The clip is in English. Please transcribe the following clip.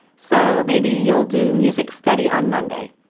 so maybe you'll do music study on monday.